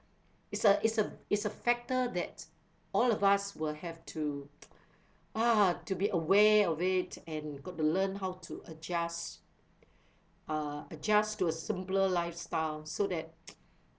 is a is a is a factor that all of us will have to ah to be aware of it and got to learn how to adjust uh adjust to a simpler lifestyle so that